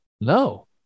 No